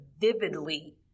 vividly